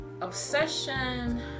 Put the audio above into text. obsession